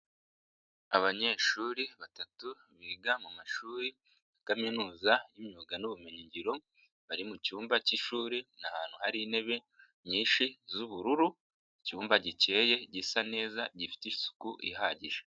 Abanyeshuri batatu biga mu mashuri ya kaminuza y'imyuga n'ubumenyi ngiro bari mu cyumba k'ishuri, ni ahantu hari intebe nyinshi z'ubururu, icyumba gikeye gisa neza gifite isuku ihagije.